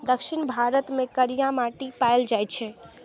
दक्षिण भारत मे करिया माटि पाएल जाइ छै